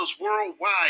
worldwide